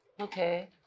Okay